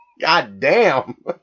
Goddamn